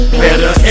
better